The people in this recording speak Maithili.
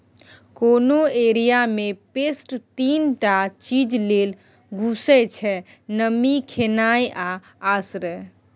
कोनो एरिया मे पेस्ट तीन टा चीज लेल घुसय छै नमी, खेनाइ आ आश्रय